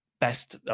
best